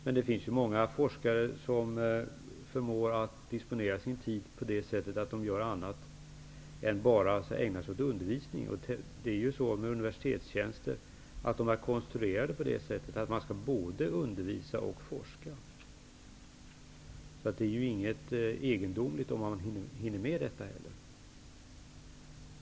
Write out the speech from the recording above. Men det finns många forskare som förmår disponera sin tid så till vida att de inte bara ägnar sig åt undervisning. Universitetstjänster är ju konstruerade för både undervisning och forskning. Det är inte egendomligt att hinna med båda sakerna.